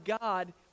God